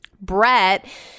Brett